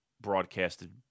broadcasted